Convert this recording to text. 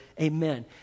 Amen